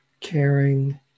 caring